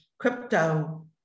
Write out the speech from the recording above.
Crypto